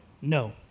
no